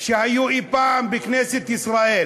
שהיו אי-פעם בכנסת ישראל.